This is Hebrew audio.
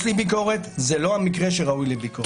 יש לי ביקורת, זה לא המקרה שראוי לביקורת.